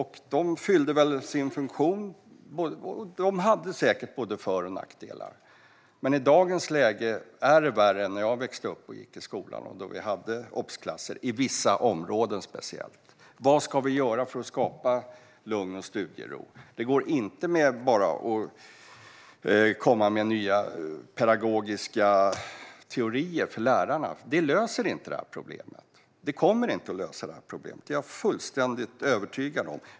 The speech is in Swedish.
De fyllde väl sin funktion, och de hade säkert både för och nackdelar. Men i dag är det värre än när jag växte upp och gick i skolan. Då hade vi obsklasser, speciellt i vissa områden. Vad ska vi göra för att skapa lugn och studiero? Det går inte att bara komma med nya pedagogiska teorier för lärarna. Det kommer inte att lösa detta problem. Det är jag fullständigt övertygad om.